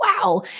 Wow